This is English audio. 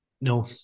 No